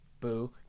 Boo